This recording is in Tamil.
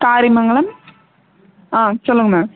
தாரிமங்கலம் ஆ சொல்லுங்க மேம்